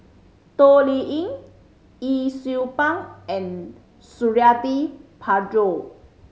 Toh Liying Yee Siew Pun and Suradi Parjo